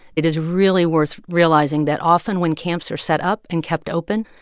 it is really worth realizing that often when camps are set up and kept open,